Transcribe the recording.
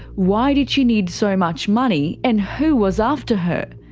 why did she need so much money? and who was after her?